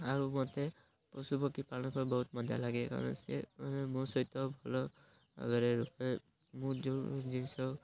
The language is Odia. ଆଉ ମୋତେ ପଶୁପକ୍ଷୀ ପାଳନ ବହୁତ ମଜା ଲାଗେ କାରଣ ସେ ମୋ ସହିତ ଭଲ ଭାବରେ ରୁହେ ମୁଁ ଯେଉଁ ଜିନିଷ